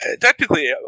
technically